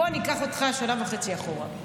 בוא, אני אקח אותך שנה וחצי אחורה,